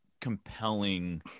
compelling